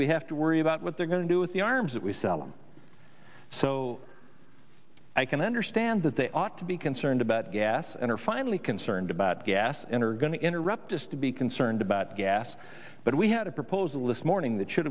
we have to worry about what they're going to do with the arms that we sell them so i can understand that they ought to be concerned about gas and are finally concerned about gas and are going to interrupt us to be concerned about gas but we had a proposal this morning that should